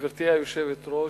גברתי היושבת-ראש,